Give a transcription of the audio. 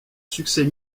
succès